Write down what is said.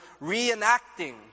reenacting